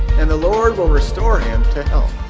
and the lord will restore him to health.